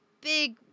big